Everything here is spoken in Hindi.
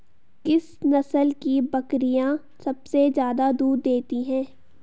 किस नस्ल की बकरीयां सबसे ज्यादा दूध देती हैं?